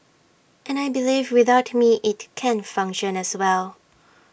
and I believe without me IT can function as well